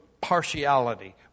partiality